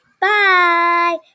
Bye